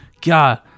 God